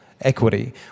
equity